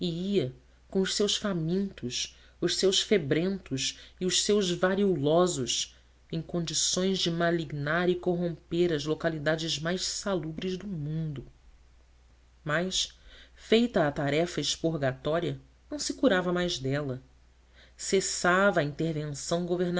e ia com os seus famintos os seus febrentos e os seus variolosos em condições de malignar e corromper as localidades mais salubres do mundo mas feita a tarefa expurgatória não se curava mais dela cessava a intervenção